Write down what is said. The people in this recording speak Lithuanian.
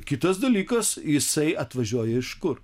kitas dalykas jisai atvažiuoja iš kur